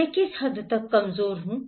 मैं किस हद तक कमजोर हूं